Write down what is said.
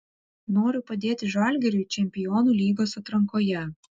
noriu padėti žalgiriui čempionų lygos atrankoje